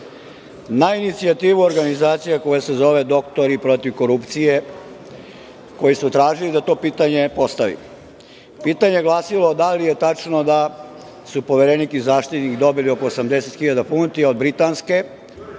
na inicijativu organizacije koja se zove Doktori protiv korupcije, koji su tražili da to pitanje postavim. Pitanje je glasilo – da li je tačno da su Poverenik i Zaštitnik dobili oko 80.000 funti od britanske